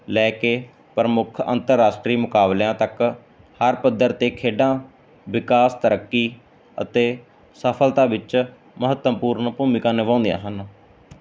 ਲੈ ਕੇ ਪ੍ਰਮੁੱਖ ਅੰਤਰਰਾਸ਼ਟਰੀ ਮੁਕਾਬਲਿਆਂ ਤੱਕ ਹਰ ਪੱਧਰ ਤੇ ਖੇਡਾਂ ਵਿਕਾਸ ਤਰੱਕੀ ਅਤੇ ਸਫਲਤਾ ਵਿੱਚ ਮਹੱਤਵਪੂਰਨ ਭੂਮਿਕਾ ਨਿਭਾਉਂਦੀਆਂ ਹਨ